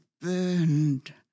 burned